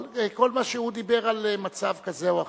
אבל כל מה שהוא דיבר על מצב כזה או אחר,